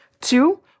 two